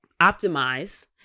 optimize